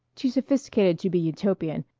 too sophisticated to be utopian,